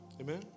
Amen